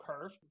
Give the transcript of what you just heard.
curve